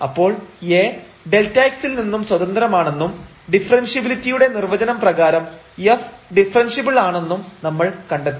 അപ്പോൾ A Δx ൽ നിന്നും സ്വതന്ത്രമാണെന്നും ഡിഫറൻഷ്യബിലിറ്റിയുടെ നിർവചനം പ്രകാരം f ഡിഫറെൻഷ്യബിൾ ആണെന്നും നമ്മൾ കണ്ടെത്തി